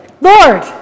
Lord